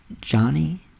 Johnny